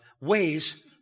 ways